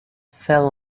fell